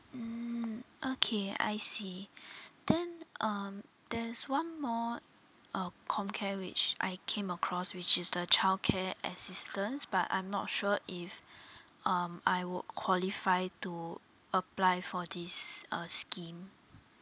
mm okay I see then um there's one more uh comcare which I came across which is the childcare assistance but I'm not sure if um I would qualify to apply for this uh scheme